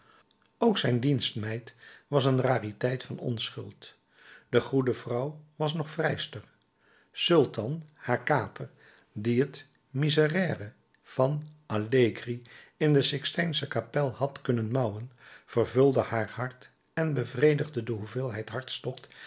ook zijn dienstmeid was een rariteit van onschuld de goede vrouw was nog vrijster sultan haar kater die het miserere van allegri in de sixtijnsche kapel had kunnen mauwen vervulde haar hart en bevredigde de hoeveelheid